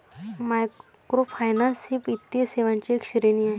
microfinance ही वित्तीय सेवांची एक श्रेणी आहे